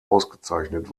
ausgezeichnet